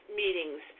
meetings